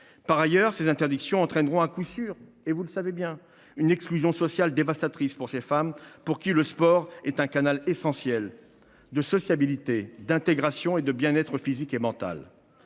De telles interdictions entraîneront à coup sûr une exclusion sociale dévastatrice pour ces femmes, pour qui le sport est un canal essentiel de sociabilité, d’intégration et de bien être physique et mental.